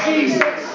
Jesus